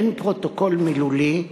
אין פרוטוקול מילולי,